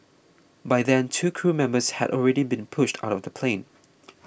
by then two crew members had already been pushed out of the plane